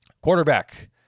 Quarterback